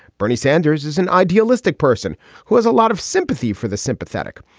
bernie sanders is an idealistic person who has a lot of sympathy for the sympathetic.